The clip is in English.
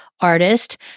artist